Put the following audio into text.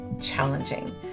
challenging